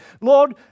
Lord